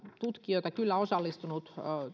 tutkijoita kyllä osallistunut